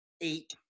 eight